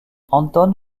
anton